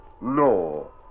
No